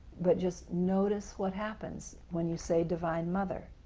but just notice what happens when you say, divine mother.